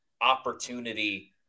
opportunity